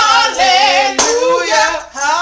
Hallelujah